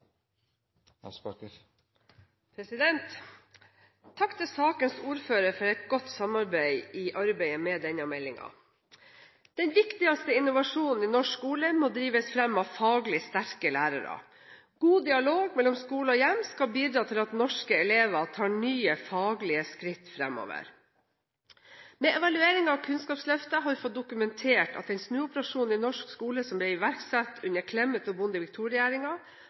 omme. Takk til sakens ordfører for godt samarbeid i arbeidet med denne meldingen. Den viktigste innovasjonen i norsk skole må drives fram av faglig sterke lærere. God dialog mellom skole og hjem skal bidra til at norske elever tar nye faglige skritt fremover. Med evalueringen av Kunnskapsløftet har vi fått dokumentert at den snuoperasjonen i norsk skole som ble iverksatt under Kristin Clemet og Bondevik II-regjeringen, har bred støtte i